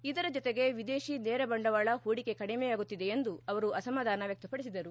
ಇದರ ಜೊತೆಗೆ ವಿದೇತಿ ನೇರ ಬಂಡವಾಳ ಹೂಡಿಕೆ ಕಡಿಮೆಯಾಗುತ್ತಿದೆ ಎಂದು ಅವರು ಅಸಮಾಧಾನ ವ್ಯಕ್ತಪಡಿಸಿದರು